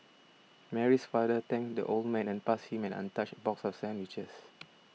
Mary's father thanked the old man and passed him an untouched box of sandwiches